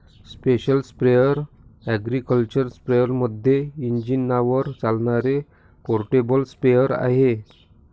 special sprayer agriculture स्पेअरमध्ये इंजिनावर चालणारे पोर्टेबल स्प्रेअर आहे